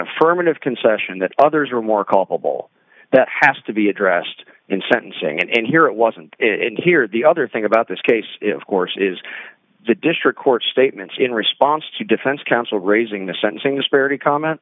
affirmative concession that others are more culpable that has to be addressed in sentencing and here it wasn't it and here the other thing about this case of course is the district court statements in response to defense counsel raising the sentencing disparity comment